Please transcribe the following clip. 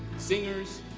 singers,